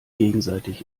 gegenseitig